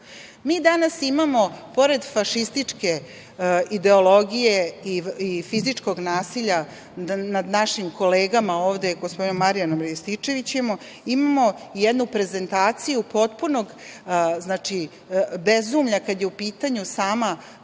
danas imamo pored fašističke ideologije i fizičkog nasilja nad našim kolegama ovde, gospodinom Marijanom Rističevićem, imamo jednu prezentaciju potpunog bezumlja kada je u pitanju sama